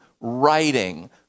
writing